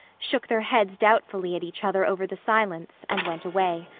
shook their heads doubtfully at each other over the silence, and went away.